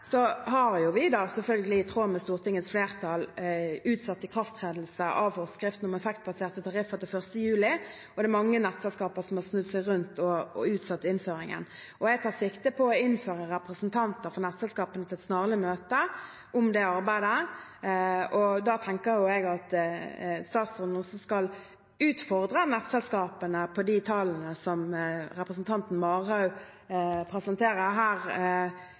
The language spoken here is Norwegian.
vi – selvfølgelig i tråd med Stortingets flertall – har utsatt ikrafttredelse av forskriften om effektbaserte tariffer til 1. juli, og det er mange nettselskaper som har snudd seg rundt og utsatt innføringen. Jeg tar sikte på å innkalle representanter for nettselskapene til et snarlig møte om det arbeidet. Da tenker jeg at statsråden også skal utfordre nettselskapene på de tallene som representanten Marhaug presenterer her,